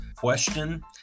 question